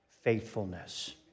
faithfulness